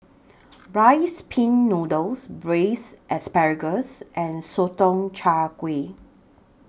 Rice Pin Noodles Braised Asparagus and Sotong Char Kway